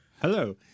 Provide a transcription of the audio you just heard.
Hello